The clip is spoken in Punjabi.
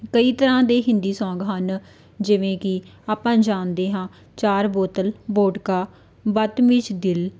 ਕਈ ਤਰ੍ਹਾਂ ਦੇ ਹਿੰਦੀ ਸੌਂਗ ਹਨ ਜਿਵੇਂ ਕਿ ਆਪਾਂ ਜਾਣਦੇ ਹਾਂ ਚਾਰ ਬੋਤਲ ਵੋਡਕਾ ਬਤਮੀਜ਼ ਦਿਲ